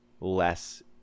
less